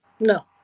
no